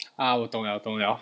啊我懂了懂了